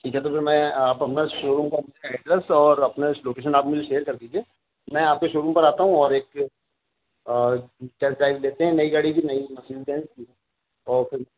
میں آپ اپنا شو روم کا مجھے ایڈریس اور اپنا لوکیشن آپ مجھے شیئر کر دیجیے میں آپ کے شو روم پر آتا ہوں اور ایک ٹیسٹ ڈرائیو لیتے ہیں نئی گاڑی کی نئی مرسڈیز بینز کی اوکے